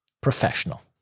professional